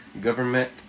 Government